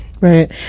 Right